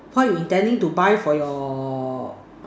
what you intending to buy for your